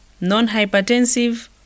non-hypertensive